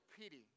pity